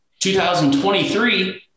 2023